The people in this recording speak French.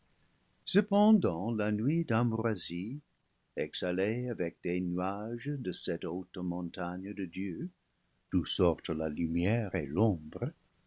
cependant la nuit d'ambroisie exhalée avec les nuages de cette haute montagne de dieu d'où sortent la lumière et l'ombre